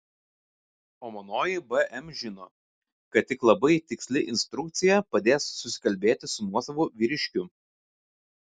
o manoji bm žino kad tik labai tiksli instrukcija padės susikalbėti su nuosavu vyriškiu